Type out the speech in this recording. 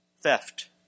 theft